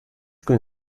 gün